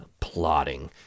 plotting